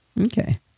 Okay